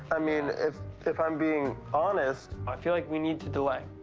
i mean, if if i'm being honest, i feel like we need to delay.